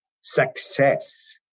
success